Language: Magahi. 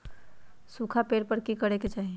सूखा पड़े पर की करे के चाहि